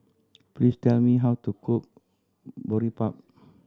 please tell me how to cook Boribap